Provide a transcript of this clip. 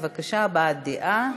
הבעת דעה,